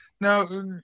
Now